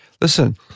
listen